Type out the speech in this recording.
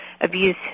abuse